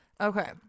Okay